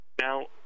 Now